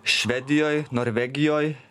švedijoj norvegijoj